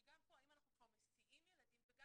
שגם פה אם אנחנו כבר מסיעים ילדים וגם